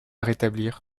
rétablir